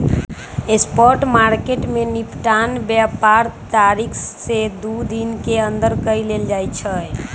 spot market में निपटान व्यापार तारीख से दू दिन के अंदर कऽ लेल जाइ छइ